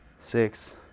six